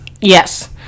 Yes